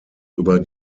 über